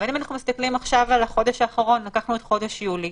אבל אנחנו מסתכלים על החודש האחרון לקחנו את חודש יולי